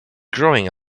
growing